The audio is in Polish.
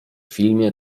filmie